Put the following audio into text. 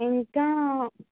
ఇంకా